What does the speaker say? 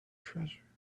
treasure